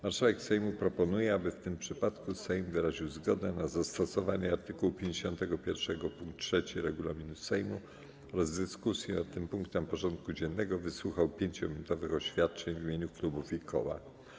Marszałek Sejmu proponuje, aby w tym przypadku Sejm wyraził zgodę na zastosowanie art. 51 pkt 3 regulaminu Sejmu oraz w dyskusji nad tym punktem porządku dziennego wysłuchał 5-minutowych oświadczeń w imieniu klubów i koła.